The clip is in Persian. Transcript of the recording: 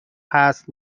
هست